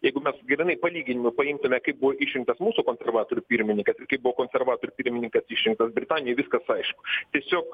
jeigu mes grynai palyginimui paimtume kaip buvo išrinktas mūsų konservatorių pirmininkas ir kaip buvo konservatorių pirmininkas išrinktas britanijoj viskas aišku tiesiog